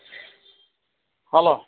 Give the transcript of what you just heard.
hello